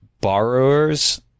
borrowers